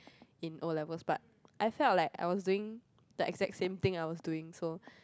in O-levels but I felt like I was doing the exact same thing I was doing so